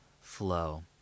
flow